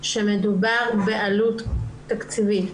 שמדובר בעלות תקציבית.